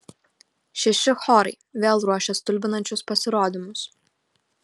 šeši chorai vėl ruošia stulbinančius pasirodymus